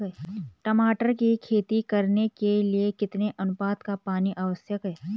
टमाटर की खेती करने के लिए कितने अनुपात का पानी आवश्यक है?